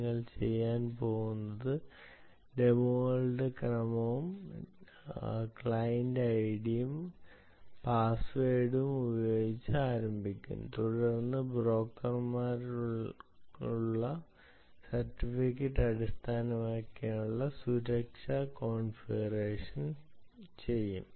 നിങ്ങൾ ചെയ്യാൻ പോകുന്നത് ഡെമോകളുടെ ക്രമം ക്ലയന്റ് ഐഡിയും പാസ്വേഡും ഉപയോഗിച്ച് ആരംഭിക്കും തുടർന്ന് ബ്രോക്കർമാർക്കുള്ള സർട്ടിഫിക്കറ്റ് അടിസ്ഥാനമാക്കിയുള്ള സുരക്ഷാ കോൺഫിഗറേഷൻ ചെയ്യും